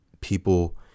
people